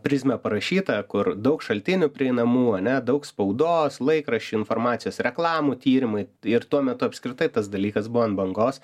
prizmę parašyta kur daug šaltinių prieinamų ane daug spaudos laikraščių informacijos reklamų tyrimai ir tuo metu apskritai tas dalykas buvo ant bangos